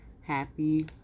happy